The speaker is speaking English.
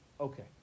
Okay